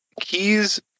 keys